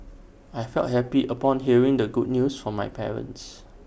I felt happy upon hearing the good news from my parents